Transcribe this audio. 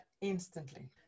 instantly